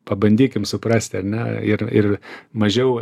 pabandykim suprasti ar ne ir ir mažiau